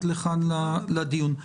לכאן לדיון.